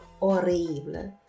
horrible